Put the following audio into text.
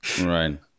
Right